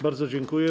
Bardzo dziękuję.